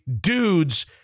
dudes